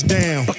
down